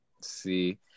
see